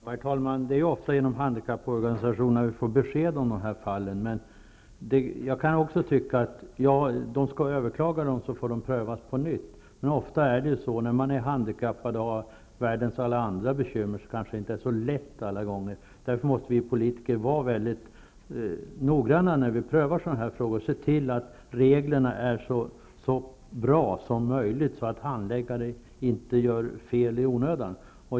Herr talman! Det är ofta genom handikapporganisationerna som vi får besked om dessa fall. Också jag kan tycka att de handikappade skall överklaga dessa ärenden, så att de får prövas på nytt. Men för handikappade, som har världens alla andra bekymmer, är det inte så lätt alla gånger. Därför måste vi politiker vara mycket noggranna när vi prövar sådana här frågor och se till att reglerna är så bra som möjligt, så att handläggare inte gör fel i onödan.